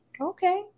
Okay